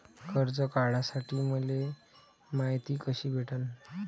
कर्ज काढासाठी मले मायती कशी भेटन?